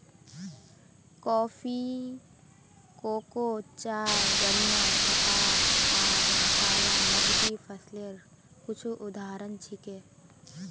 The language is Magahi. कॉफी, कोको, चाय, गन्ना, कपास आर मसाला नकदी फसलेर कुछू उदाहरण छिके